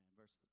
verse